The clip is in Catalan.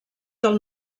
del